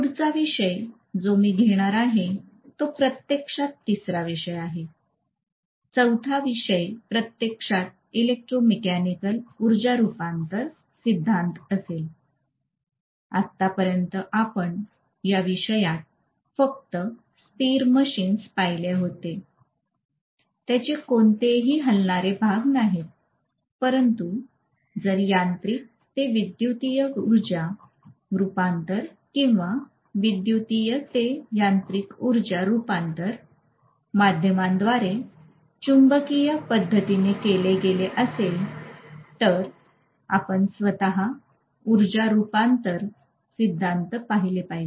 पुढचा विषय जो मी घेणार आहे तो प्रत्यक्षात तिसरा विषय आहे चौथा विषय प्रत्यक्षात इलेक्ट्रोमेकॅनिकल ऊर्जा रूपांतरण सिद्धान्त असेल आता पर्यंत आपण या विषयात फक्त स्थिर मशीन्स पाहिले होते त्यांचे कोणतेही हलणारे भाग नाहीत परंतु जर यांत्रिक ते विद्युतीय उर्जा रूपांतरण किंवा विद्युतीय ते यांत्रिक ऊर्जा रूपांतरण माध्यमांद्वारे चुंबकीय पद्धतीने केले गेले असेल तर आपण स्वतः ऊर्जा रूपांतरण सिद्धान्त पहिले पाहिजेत